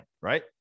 right